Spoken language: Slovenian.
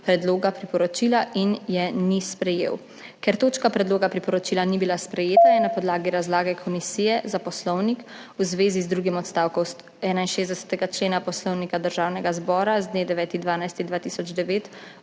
predloga priporočila in je ni sprejel. Ker točka predloga priporočila ni bila sprejeta, je na podlagi razlage Komisije za Poslovnik v zvezi z drugim odstavkom 61. člena Poslovnika Državnega zbora z dne 9. 12. 2009